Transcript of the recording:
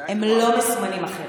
הם לא מסומנים אחרת,